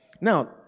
Now